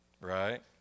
right